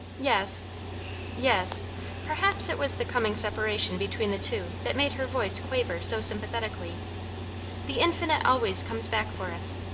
yes yes perhaps it was the coming separation between the two that made her voice quaver so sympathetically the infinite always comes back for us.